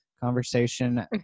conversation